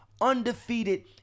undefeated